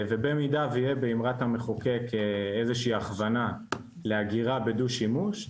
ובמידה ויהיה באמרת המחוקק איזושהי הכוונה לאגירה בדו-שימוש,